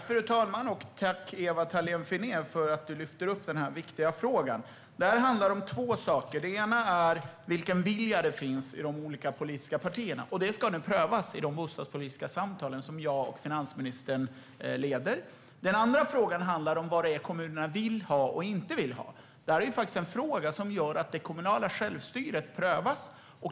Fru talman! Tack, Ewa Thalén Finné, för att du lyfter upp den här viktiga frågan! Detta handlar om två saker. Den ena är vilken vilja det finns i de olika politiska partierna. Det ska nu prövas i de bostadspolitiska samtal som jag och finansministern leder. Den andra frågan handlar om vad det är kommunerna vill ha och inte vill ha. Detta är en fråga som gör att det kommunala självstyret prövas.